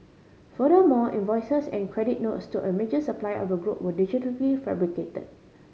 furthermore invoices and credit notes to a major supplier of the group were digitally fabricated